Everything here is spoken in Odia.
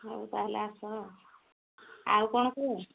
ହଉ ତାହେଲେ ଆସ ଆଉ ଆଉ କ'ଣ କୁହ